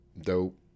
dope